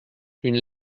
une